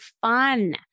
fun